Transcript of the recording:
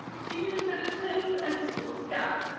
senior citizens and school staff.